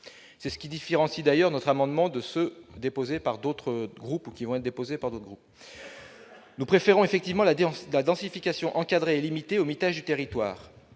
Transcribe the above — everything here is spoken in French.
C'est ce qui différencie d'ailleurs notre amendement de ceux déposés par d'autres groupes. Nous préférons en effet la densification encadrée et limitée au mitage du territoire.